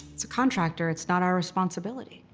it's a contractor, it's not our responsibility.